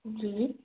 जी